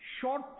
short